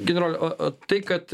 generole o o tai kad